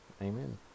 amen